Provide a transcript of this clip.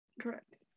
Correct